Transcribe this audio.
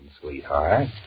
sweetheart